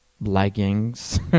leggings